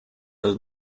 los